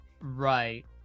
Right